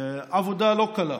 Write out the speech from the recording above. עבודה לא קלה,